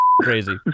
crazy